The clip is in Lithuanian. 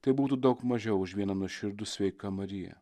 tai būtų daug mažiau už vieną nuoširdų sveika marija